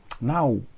now